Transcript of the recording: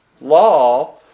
law